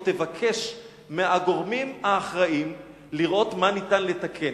או תבקש מהגורמים האחראים לראות מה ניתן לתקן.